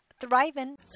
thriving